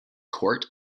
court